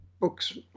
books